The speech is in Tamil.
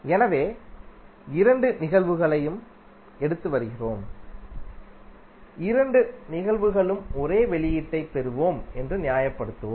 எனவே இரண்டு நிகழ்வுகளையும் எடுத்து வருகிறோம் இரண்டு நிகழ்வுகளிலும் ஒரே வெளியீட்டைப் பெறுவோம் என்று நியாயப்படுத்துவோம்